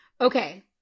Okay